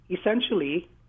Essentially